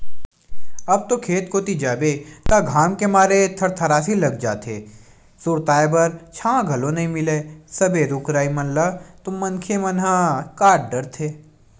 अब तो खेत कोती जाबे त घाम के मारे थरथरासी लाग जाथे, सुरताय बर छांव घलो नइ मिलय सबे रुख राई मन ल तो मनखे मन ह काट डरथे